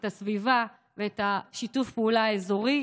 את הסביבה ואת שיתוף הפעולה האזורי,